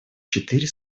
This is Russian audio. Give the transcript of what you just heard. четыре